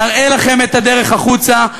נראה לכם את הדרך החוצה.